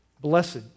Blessed